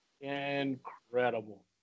Incredible